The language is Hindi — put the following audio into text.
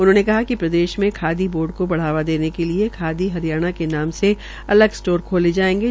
उन्होंने कहा कि प्रदेश में खादी बोर्ड को बढ़ावा देने के लिए खादी हरियाणा के नाम से अलग स्टोर खोले जाएंगे